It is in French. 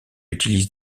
utilise